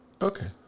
Okay